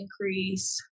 increase